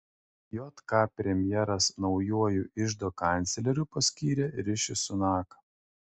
jk premjeras naujuoju iždo kancleriu paskyrė riši sunaką